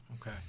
Okay